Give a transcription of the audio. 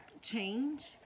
change